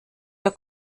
der